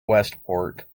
westport